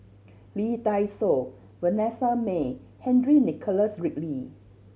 Lee Dai Soh Vanessa Mae Henry Nicholas Ridley